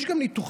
יש גם ניתוחים,